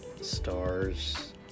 stars